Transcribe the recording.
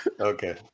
Okay